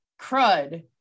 crud